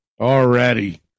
Already